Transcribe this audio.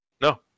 No